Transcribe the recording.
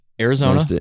Arizona